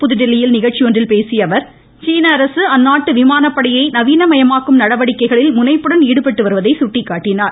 புதுதில்லியில் நிகழ்ச்சி ஒன்றில் பேசிய அவர் சீனஅரசு அந்நாட்டு விமானபடையை நவீனமயமாக்கும் நடவடிக்கைகளில் முனைப்புடன் ஈடுபட்டுவருவதை சுட்டிக்காட்டினார்